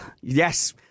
yes